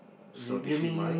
so did she mind